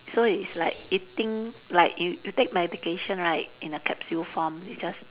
so it's like eating like you you take medication right in a capsule form you just